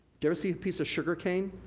you ever see a piece of sugar cane?